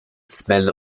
smell